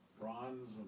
bronze